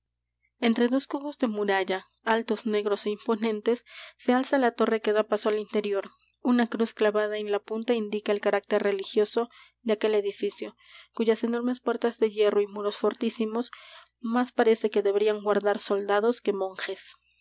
entre dos cubos de muralla altos negros é imponentes se alza la torre que da paso al interior una cruz clavada en la punta indica el carácter religioso de aquel edificio cuyas enormes puertas de hierro y muros fortísimos más parece que deberían guardar soldados que monjes